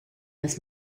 this